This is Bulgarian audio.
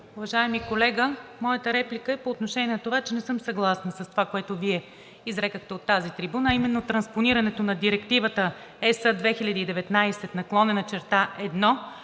Уважаеми колега, моята реплика е по отношение на това, че не съм съгласна с това, което Вие изрекохте от тази трибуна, а именно транспонирането на Директивата ЕС 2019/1, която води до